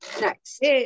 Next